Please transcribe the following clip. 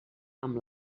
amb